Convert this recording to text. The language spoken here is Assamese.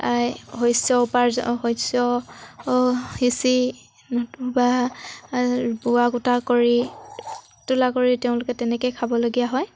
শস্য উপাৰ্জন শস্য সিঁচি নতুবা বোৱা কটা কৰি তোলা কৰি তেওঁলোকে তেনেকৈ খাবলগীয়া হয়